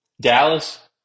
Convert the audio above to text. Dallas